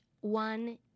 one